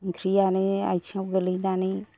ओंख्रियानो आथिंयाव गोलैनानै